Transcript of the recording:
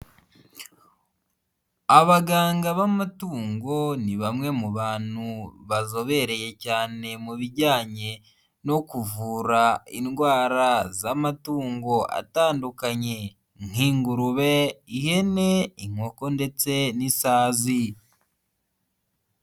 Abaganga b'amatungo ni bamwe mu bantu bazobereye cyane mu bijyanye no kuvura indwara z'amatungo atandukanye, nk'ingurube, ihene, inkoko ndetse n'isazi.